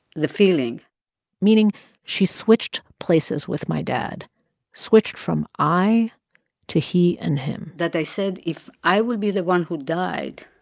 the feeling meaning she switched places with my dad switched from i to he and him that i said, if i would be the one who died,